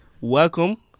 Welcome